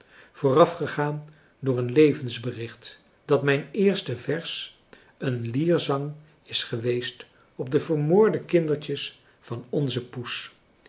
voorafgegaan door een levensbericht dat mijn eerste vers een lierzang is geweest op de vermoorde kindertjes van onze poes